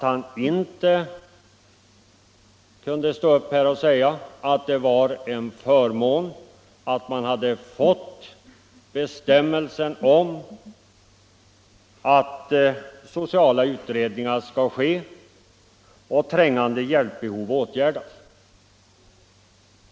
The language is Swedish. Han kunde inte stå upp här och säga att det var en fördel att man hade fått bestämmelsen om att sociala utredningar skall ske och trängande hjälpbehov åtgärdas.